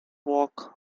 walk